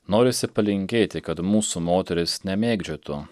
norisi palinkėti kad mūsų moterys nemėgdžiotų